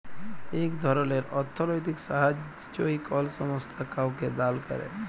ইক ধরলের অথ্থলৈতিক সাহাইয্য কল সংস্থা কাউকে দাল ক্যরে